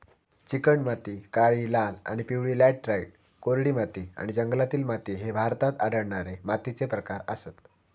चिकणमाती, काळी, लाल आणि पिवळी लॅटराइट, कोरडी माती आणि जंगलातील माती ह्ये भारतात आढळणारे मातीचे प्रकार आसत